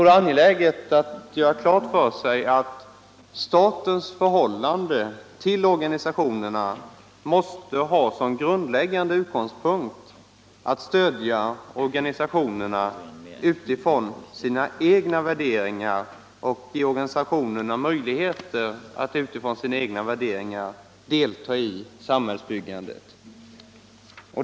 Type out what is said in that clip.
Det är angeläget att göra klart för sig att statens förhållande till organisationerna måste ha som grundläggande utgångspunkt att stödja organisationerna att utifrån sina egna värderingar delta i samhällsbyggandet.